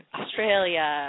Australia